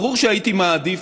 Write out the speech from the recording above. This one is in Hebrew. ברור שהייתי מעדיף,